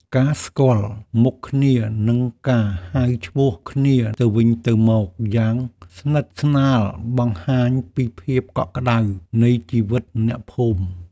ការស្គាល់មុខគ្នា និងការហៅឈ្មោះគ្នាទៅវិញទៅមកយ៉ាងស្និទ្ធស្នាលបង្ហាញពីភាពកក់ក្ដៅនៃជីវិតអ្នកភូមិ។